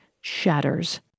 shatters